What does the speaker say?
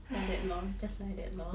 like that lor just like that lor